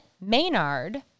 Maynard